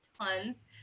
tons